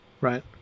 right